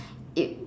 it